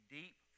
deep